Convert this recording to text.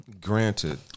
Granted